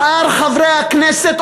שאר חברי הכנסת,